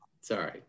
sorry